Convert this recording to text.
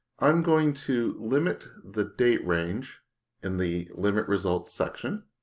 i'm going to limit the date range in the limit results section.